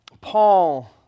Paul